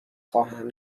خواهم